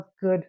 good